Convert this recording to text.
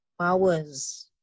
powers